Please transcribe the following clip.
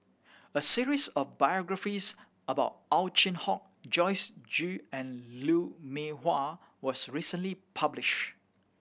a series of biographies about Ow Chin Hock Joyce Jue and Lou Mee Wah was recently published